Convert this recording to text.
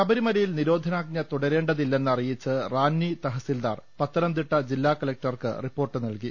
ശബരിമലയിൽ നിരോധനാജ്ഞ തുടരേണ്ടതില്ലെന്ന് അറിയിച്ച് റാന്നി തഹസിൽദാർ പത്തനംതിട്ട ജില്ലാ കലക്ടർക്ക് റിപ്പോർട്ട് നൽകി